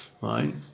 right